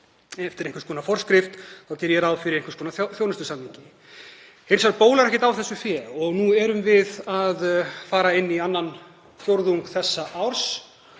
eftir einhvers konar forskrift, þá geri ég ráð fyrir einhvers konar þjónustusamningi. Hins vegar bólar ekkert á þessu fé og nú erum við að fara inn í annan fjórðung þessa árs.